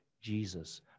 Jesus